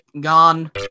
Gone